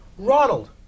Ronald